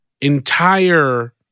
entire